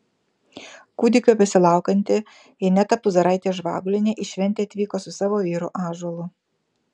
kūdikio besilaukianti ineta puzaraitė žvagulienė į šventę atvyko su savo vyru ąžuolu